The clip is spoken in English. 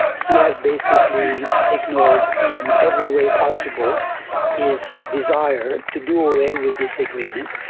he has basically signalled in every way possible his desire to do away with this agreement,